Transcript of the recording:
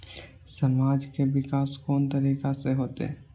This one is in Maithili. समाज के विकास कोन तरीका से होते?